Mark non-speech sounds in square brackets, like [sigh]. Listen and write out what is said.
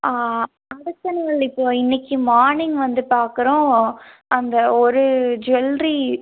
[unintelligible] இப்போ இன்றைக்கு மார்னிங் வந்து பார்க்குறோம் அந்த ஒரு ஜுவல்ரி